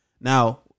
Now